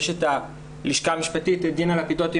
ויש את דינה לפידות,